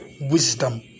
Wisdom